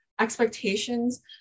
expectations